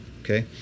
Okay